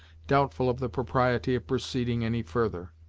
doubtful of the propriety of proceeding any further.